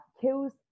kills